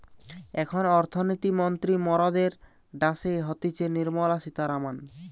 এখন অর্থনীতি মন্ত্রী মরদের ড্যাসে হতিছে নির্মলা সীতারামান